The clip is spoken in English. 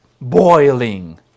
boiling